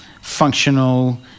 functional